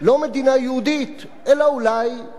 אלא אולי מדינת כל אזרחיה,